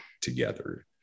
together